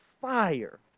fire